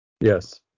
Yes